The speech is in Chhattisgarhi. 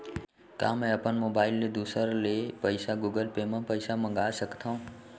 का मैं अपन मोबाइल ले दूसर ले पइसा गूगल पे म पइसा मंगा सकथव?